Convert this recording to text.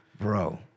bro